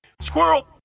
Squirrel